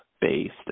based